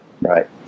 Right